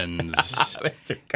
Mr